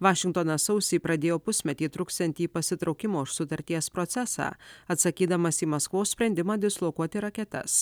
vašingtonas sausį pradėjo pusmetį truksiantį pasitraukimo iš sutarties procesą atsakydamas į maskvos sprendimą dislokuoti raketas